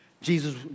Jesus